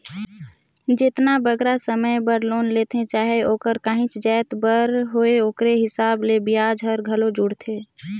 जेतना बगरा समे बर लोन लेथें चाहे ओहर काहींच जाएत बर होए ओकरे हिसाब ले बियाज हर घलो जुड़थे